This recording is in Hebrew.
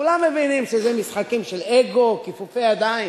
כולם מבינים שזה משחקים של אגו, כיפופי ידיים,